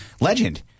legend